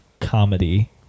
comedy